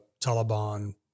Taliban